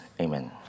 amen